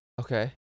Okay